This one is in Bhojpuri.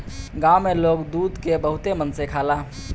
गाँव में लोग दूध के बहुते मन से खाला